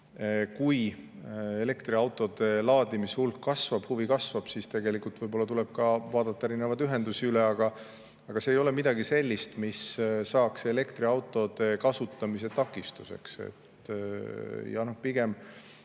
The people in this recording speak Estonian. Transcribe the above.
Kui elektriautode laadimishulk kasvab, huvi kasvab, siis tegelikult võib-olla tuleb ka vaadata erinevaid ühendusi üle. Aga see ei ole midagi sellist, mis saaks elektriautode kasutamisele takistuseks. Pigem